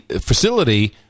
facility